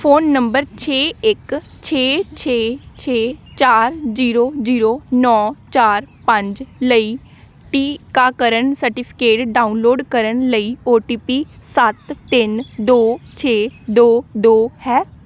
phone number ਛੇ ਇੱਕ ਛੇ ਛੇ ਛੇ ਚਾਰ ਜ਼ੀਰੋ ਜ਼ੀਰੋ ਨੌਂ ਚਾਰ ਪੰਜ ਲਈ ਟੀਕਾਕਰਨ ਸਰਟੀਫਿਕੇਟ ਡਾਊਨਲੋਡ ਕਰਨ ਲਈ ਓ ਟੀ ਪੀ ਸੱਤ ਤਿੰਨ ਦੋ ਛੇ ਦੋ ਦੋ ਹੈ